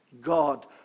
God